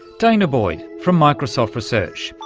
danah boyd from microsoft research.